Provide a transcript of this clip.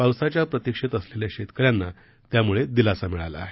पावसाच्या प्रतीक्षेत असलेल्या शेतकऱ्यांना त्यामुळे दिलासा मिळाला आहे